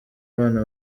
bana